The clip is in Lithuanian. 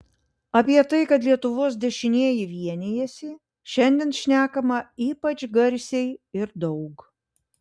apie tai kad lietuvos dešinieji vienijasi šiandien šnekama ypač garsiai ir daug